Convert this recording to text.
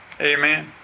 Amen